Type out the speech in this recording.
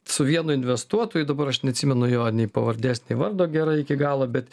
su vienu investuotoju dabar aš neatsimenu jo nei pavardės nei vardo gerai iki galo bet